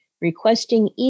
requesting